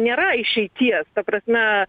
nėra išeities ta prasme